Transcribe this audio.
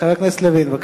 חבר הכנסת לוין, בבקשה.